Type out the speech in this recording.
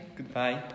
Goodbye